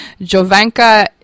Jovanka